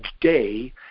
day